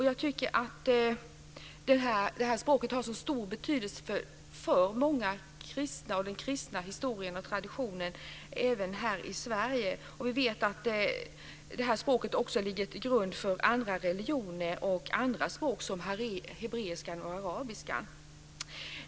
Jag tycker att det här språket har så stor betydelse för många kristna och den kristna historien och traditionen även här i Sverige. Vi vet att språket också ligger till grund för andra religioner och andra språk som hebreiskan och arabiskan.